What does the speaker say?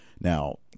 Now